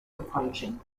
equation